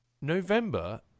November